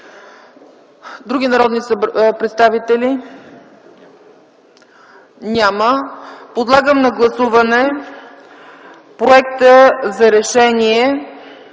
Други народни представители? Няма. Подлагам на гласуване проекта за Решение